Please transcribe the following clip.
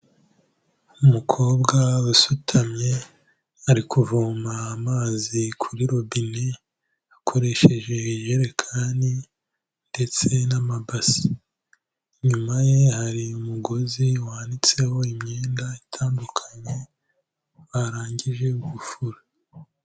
Umukobwa usutamye ari kuvoma amazi kuri robine akoresheje ijerekani ndetse n'amabase, inyuma ye hari umugozi wanitseho imyenda itandukanye barangije gufura.